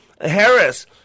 Harris